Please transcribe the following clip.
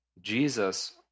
Jesus